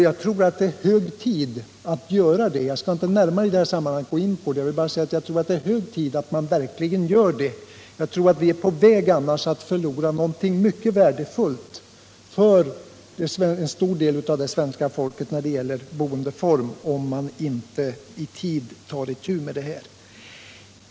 Jag skall inte gå närmare in på det, utan jag vill bara säga att jag tror det är hög tid att verkligen göra detta om vi inte skall förlora en för det svenska folket mycket värdefull boendeform.